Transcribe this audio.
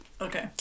okay